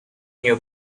new